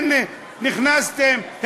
הנה נכנסתם,